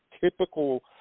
typical